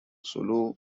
sulu